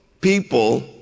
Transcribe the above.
people